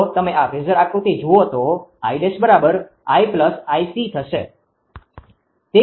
જો તમે આ ફેઝર આકૃતિ જુઓ તો 𝐼′ 𝐼 𝐼𝑐 છે